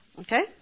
Okay